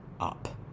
up